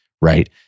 right